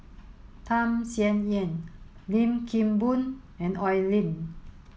Tham Sien Yen Lim Kim Boon and Oi Lin